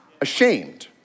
ashamed